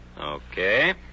Okay